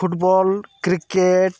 football cricket